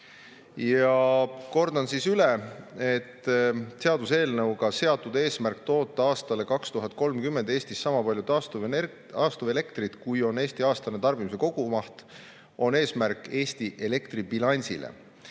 Kordan üle, et seaduseelnõuga seatud eesmärk toota aastal 2030 Eestis sama palju taastuvelektrit, kui on Eesti aastane tarbimise kogumaht, on eesmärk Eesti elektribilansile.